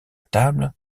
table